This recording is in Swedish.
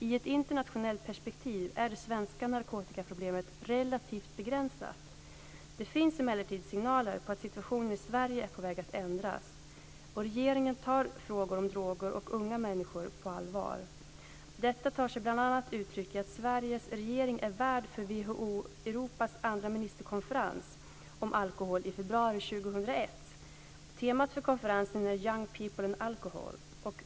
I ett internationellt perspektiv är det svenska narkotikaproblemet relativt begränsat. Det finns emellertid signaler på att situationen i Sverige är på väg att ändras. Regeringen tar frågor om droger och unga människor på allvar. Detta tar sig bl.a. uttryck i att Sveriges regering är värd för WHO Europas andra ministerkonferens om alkohol i februari 2001. Temat för konferensen är Young People and Alcohol.